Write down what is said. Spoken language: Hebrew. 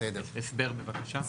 הסבר בבקשה.